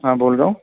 हाँ बोल रहा हूँ